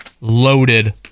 loaded